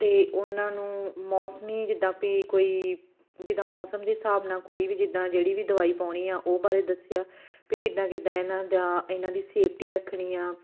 ਅਤੇ ਉਹਨਾਂ ਨੂੰ ਮੌਸਮੀ ਜਿੱਦਾਂ ਵੀ ਕੋਈ ਜਿੱਦਾਂ ਮੌਸਮ ਦੇ ਹਿਸਾਬ ਨਾਲ ਕੋਈ ਵੀ ਜਿੱਦਾਂ ਜਿਹੜੀ ਵੀ ਦਵਾਈ ਪਾਉਣੀ ਆ ਉਹ ਬਾਰੇ ਦੱਸਿਆ ਵੀ ਕਿੱਦਾ ਕਿੱਦਾਂ ਇਹਨਾਂ ਦਾ ਇਹਨਾਂ ਦੀ ਸੇਫਟੀ ਰੱਖਣੀ ਆ